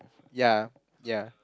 ya ya